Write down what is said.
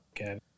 Okay